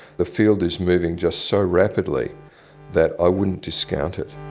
the field is moving just so rapidly that i wouldn't discount it.